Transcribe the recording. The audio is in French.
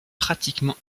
pratiquement